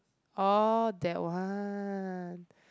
oh that one